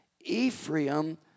Ephraim